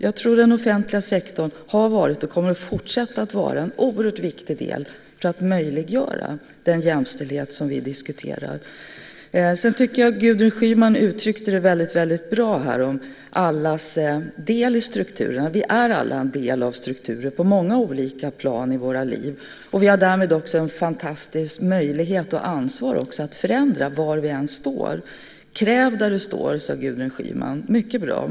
Jag tror att den offentliga sektorn har varit och kommer att fortsätta att vara en oerhört viktig del för att möjliggöra den jämställdhet som vi diskuterar. Sedan tycker jag att Gudrun Schyman uttryckte detta med allas del i strukturen väldigt bra. Vi är alla en del av strukturer på många olika plan i våra liv. Vi har därmed också en fantastisk möjlighet, och också ett ansvar, att förändra var vi än står. Kräv där du står, sade Gudrun Schyman - mycket bra!